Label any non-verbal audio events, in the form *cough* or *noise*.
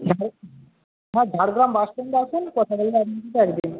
হ্যাঁ ঝাড়গ্রাম বাসস্ট্যান্ডে আসুন *unintelligible*